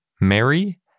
Mary